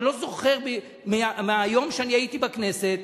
אני לא זוכר מהיום שהייתי בכנסת